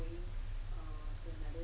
we